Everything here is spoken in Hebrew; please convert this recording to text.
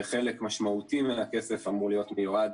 וחלק משמעותי מן הכסף אמור להיות מיועד